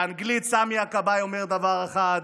באנגלית סמי הכבאי אומר דבר אחד,